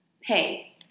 hey